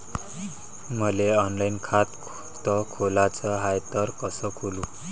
मले ऑनलाईन खातं खोलाचं हाय तर कस खोलू?